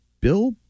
Bill